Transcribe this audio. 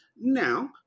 now